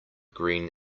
green